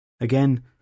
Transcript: Again